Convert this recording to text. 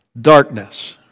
darkness